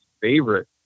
favorite